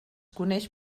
coneix